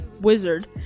wizard